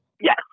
Yes